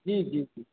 जी जी जी